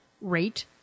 rate